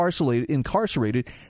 incarcerated